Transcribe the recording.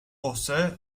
josé